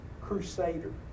crusader